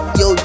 yo